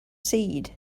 seed